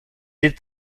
est